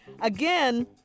Again